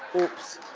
oops,